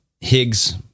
Higgs